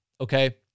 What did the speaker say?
Okay